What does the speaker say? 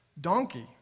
donkey